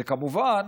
כמובן,